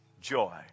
Joy